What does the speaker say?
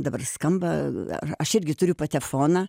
dabar skamba ar aš irgi turiu patefoną